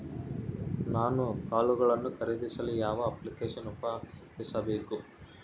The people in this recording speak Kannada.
ನಾನು ಕಾಳುಗಳನ್ನು ಖರೇದಿಸಲು ಯಾವ ಅಪ್ಲಿಕೇಶನ್ ಉಪಯೋಗಿಸಬೇಕು?